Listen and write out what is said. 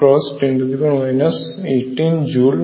এবং যা 2×91×10⁻³¹ দিয়ে ভাগ হবে